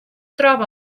troba